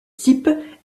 type